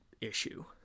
issue